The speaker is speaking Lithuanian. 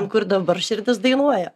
kur dabar širdis dainuoja